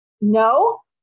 No